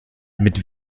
mit